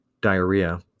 diarrhea